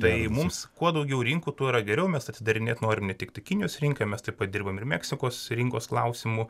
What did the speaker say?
tai mums kuo daugiau rinkų tuo yra geriau mes atidarinėt norim ne tiktai kinijos rinką mes taip pat dirbam ir meksikos rinkos klausimu